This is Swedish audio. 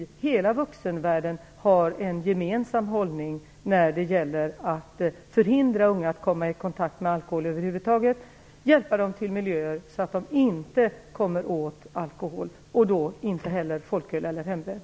Hela vuxenvärlden måste ha en gemensam hållning när det gäller att förhindra unga att komma i kontakt med alkohol över huvud taget och hjälpa dem till miljöer där de inte kommer åt alkohol - varken folköl eller hembränt.